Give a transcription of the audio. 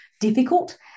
difficult